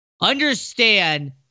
Understand